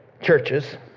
churches